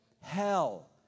hell